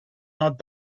not